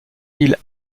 ils